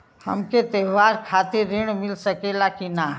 हमके त्योहार खातिर त्रण मिल सकला कि ना?